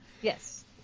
Yes